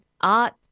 art